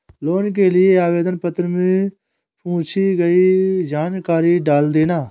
loan के लिए आवेदन पत्र में पूछी गई सभी जानकारी डाल देना